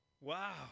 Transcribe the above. Wow